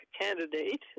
candidate